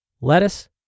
Lettuce